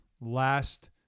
last